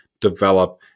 develop